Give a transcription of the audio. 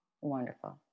Wonderful